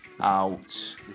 out